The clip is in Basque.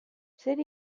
zer